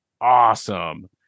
awesome